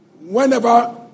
whenever